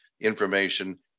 information